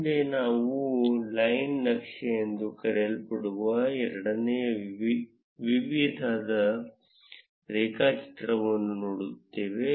ಮುಂದೆ ನಾವು ಲೈನ್ ನಕ್ಷೆ ಎಂದು ಕರೆಯಲ್ಪಡುವ ಎರಡನೇ ವಿಧದ ರೇಖಾಚಿತ್ರವನ್ನು ನೋಡುತ್ತೇವೆ